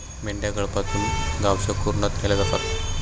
मेंढ्या कळपातून गावच्या कुरणात नेल्या जातात